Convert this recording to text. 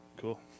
cool